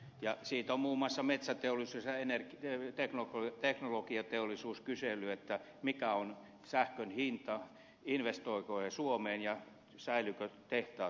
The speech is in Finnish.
siitä ovat muun muassa metsäteollisuus ja teknologiateollisuus kyselleet mikä on sähkön hinta investoivatko he suomeen ja säilyvätkö tehtaat suomessa